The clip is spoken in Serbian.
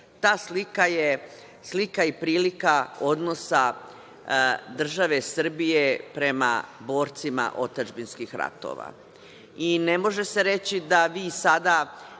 slika je slika i prilika odnosa države Srbije prema borcima otadžbinskih ratova, i ne može se reći da vi sada